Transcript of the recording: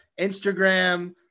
Instagram